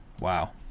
wow